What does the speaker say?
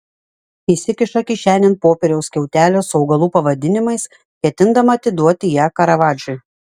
įsikiša kišenėn popieriaus skiautelę su augalų pavadinimais ketindama atiduoti ją karavadžui